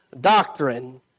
doctrine